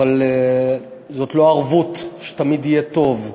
אבל זאת לא ערבות שתמיד יהיה טוב.